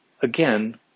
again